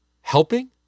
helping